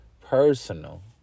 personal